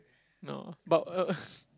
no but uh